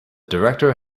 director